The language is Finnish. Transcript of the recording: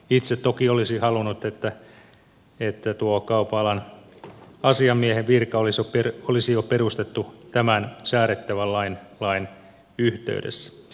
itse toki olisin halunnut että tuo kaupan alan asiamiehen virka olisi perustettu jo tämän säädettävän lain yhteydessä